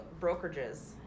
brokerages